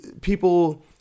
people